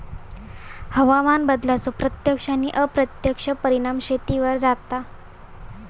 हवामान बदलाचो प्रत्यक्ष आणि अप्रत्यक्ष परिणाम शेतीवर जाता